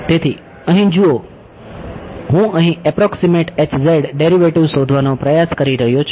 તેથી અહીં જુઓ હું અહી એપ્રોક્સીમેટ ડેરિવેટિવ શોધવાનો પ્રયાસ કરી રહ્યો છું